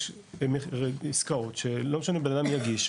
יש עסקאות שלא משנה בנאדם יגיש,